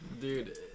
Dude